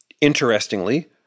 interestingly